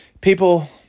people